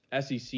SEC